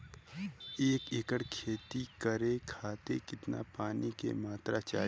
एक एकड़ खेती करे खातिर कितना पानी के मात्रा चाही?